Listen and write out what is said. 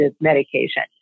medication